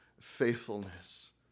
faithfulness